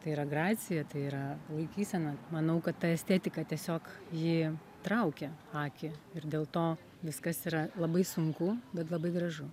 tai yra gracija tai yra laikysena manau kad ta estetika tiesiog ji traukia akį ir dėl to viskas yra labai sunku bet labai gražu